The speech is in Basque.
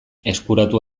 eskuratu